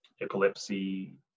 epilepsy